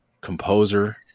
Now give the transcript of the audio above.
composer